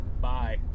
Bye